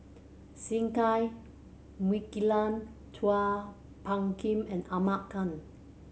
Singai Mukilan Chua Phung Kim and Ahmad Khan